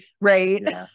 Right